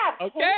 Okay